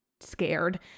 scared